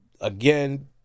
again